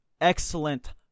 excellent